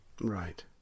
Right